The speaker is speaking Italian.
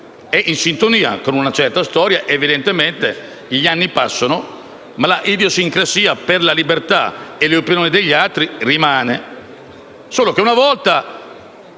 è in sintonia con una certa storia; evidentemente gli anni passano, ma l'idiosincrasia per la libertà e per le opinioni degli altri rimane, solo che, una volta,